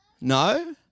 No